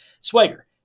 Swagger